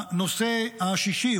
הנושא השישי,